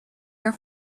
your